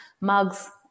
Mugs